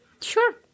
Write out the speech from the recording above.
Sure